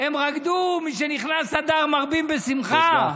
הם רקדו "משנכנס אדר מרבין בשמחה".